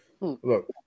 Look